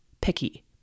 picky